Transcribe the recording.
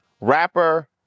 rapper